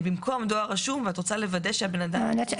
דואר רשום ואת רוצה לוודא שהאדם קיבל את ההודעה.